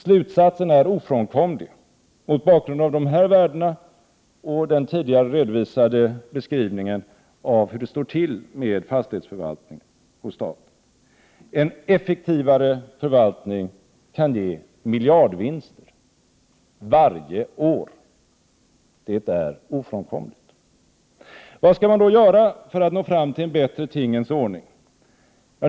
Slutsatsen är ofrånkomlig, mot bakgrund av dessa värden och den tidigare redovisade beskrivningen av hur det står till med fastighetsförvaltningen i staten: en effektivare förvaltning kan ge miljardvinster varje år. Det är ofrånkomligt. Vad skall man då göra för att nå fram till en bättre tingens ordning?